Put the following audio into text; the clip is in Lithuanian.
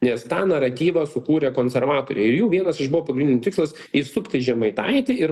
nes tą naratyvą sukūrė konservatoriai ir jų vienas iš buvo pagrindinių tikslas įsupti žemaitaitį ir